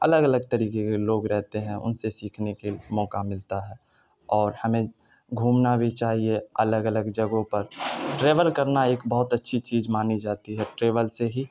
الگ الگ طریقے کے لوگ رہتے ہیں ان سے سیکھنے کے موقع ملتا ہے اور ہمیں گھومنا بھی چاہیے الگ الگ جگہوں پر ٹریور کرنا ایک بہت اچھی چیز مانی جاتی ہے ٹریول سے ہی